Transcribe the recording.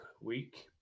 week